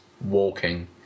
walking